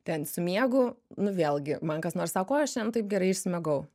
ten su miegu nu vėlgi man kas nors sako aš šiandien taip gerai išsimiegojau